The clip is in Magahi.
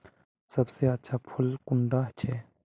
सबसे अच्छा फुल कुंडा छै?